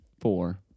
four